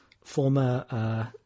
former